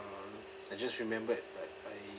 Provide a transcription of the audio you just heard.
uh I just remembered but I